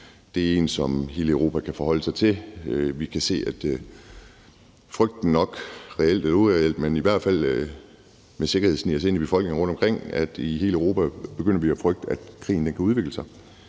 Det er en, som hele Europa kan forholde sig til. Vi kan se, at frygten nok reelt eller ureelt, men i hvert fald med sikkerhed sniger sig ind i befolkningen rundtomkring. I hele Europa begynder vi at frygte, at krigen kan udvikle sig